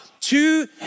two